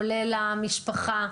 עולה למשפחה.